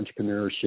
entrepreneurship